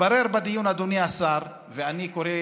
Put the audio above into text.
מתברר בדיון, אדוני השר, ואני קורא